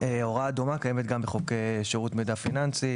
הוראה דומה קיימת גם בחוק שירות מידע פיננסי,